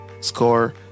score